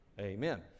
amen